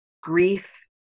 grief